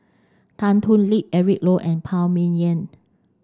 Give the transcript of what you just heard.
Tan Thoon Lip Eric Low and Phan Ming Yen